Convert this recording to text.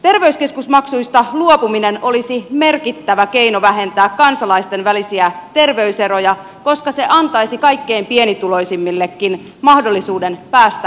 terveyskeskusmaksuista luopuminen olisi merkittävä keino vähentää kansalaisten välisiä terveyseroja koska se antaisi kaikkein pienituloisimmillekin mahdollisuuden päästä hoitoon